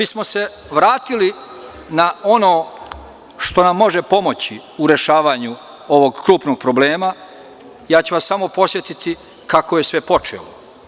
Da bismo se vratili na ono što nam može pomoći u rešavanju ovog krupnog problema, ja ću vas samo podsetiti kako je sve počelo.